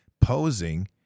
posing